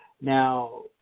now